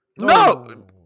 No